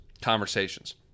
conversations